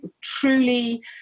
truly